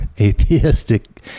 atheistic